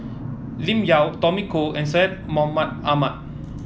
Lim Yau Tommy Koh and Syed Mohamed Ahmed